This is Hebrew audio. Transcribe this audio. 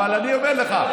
אבל אני אומר לך,